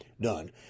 done